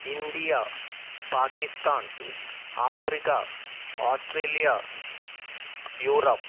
India Pakistan Africa Australia Europe